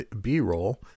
b-roll